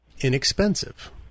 inexpensive